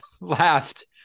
last